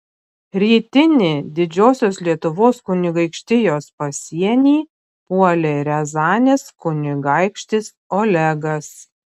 rytinį didžiosios lietuvos kunigaikštijos pasienį puolė riazanės kunigaikštis olegas